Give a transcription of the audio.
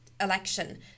election